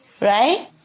Right